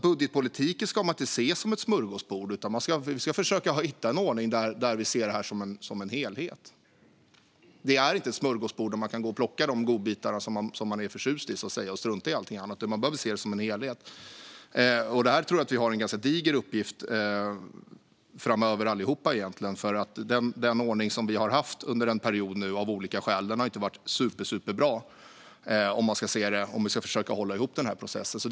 Budgetpolitiken ska inte ses som ett smörgåsbord, utan vi ska försöka hitta en ordning där vi ser detta som en helhet. Det är inte ett smörgåsbord där vi kan plocka de godbitar som vi är förtjusta i, så att säga, och strunta i allting annat, utan vi behöver se det som en helhet. Där tror jag att vi alla egentligen har en diger uppgift framöver. Den ordning som vi nu av olika skäl har haft under en period har inte varit superbra om vi ska försöka hålla ihop denna process.